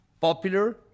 Popular